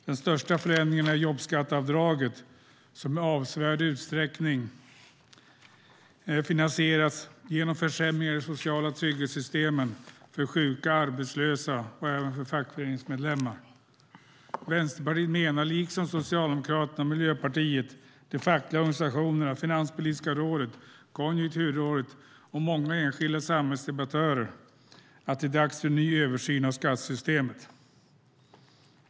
Den största förändringen är jobbskatteavdraget, som i avsevärd utsträckning finansierats genom försämringar i de sociala trygghetssystemen för sjuka, arbetslösa och fackföreningsmedlemmar. Vänsterpartiet menar, liksom Socialdemokraterna, Miljöpartiet, de fackliga organisationerna, Finanspolitiska rådet, Konjunkturrådet och många enskilda samhällsdebattörer att det är dags för en ny översyn av skattesystemet.